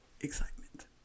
excitement